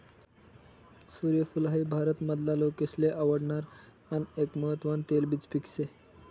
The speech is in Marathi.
सूर्यफूल हाई भारत मधला लोकेसले आवडणार आन एक महत्वान तेलबिज पिक से